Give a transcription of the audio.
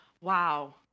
wow